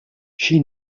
she